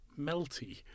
melty